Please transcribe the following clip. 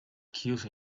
chiuso